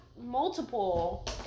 multiple